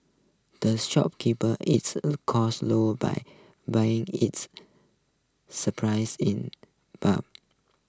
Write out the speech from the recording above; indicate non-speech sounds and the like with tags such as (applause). the shop keeper its (noise) costs low by buying its supplies in bulk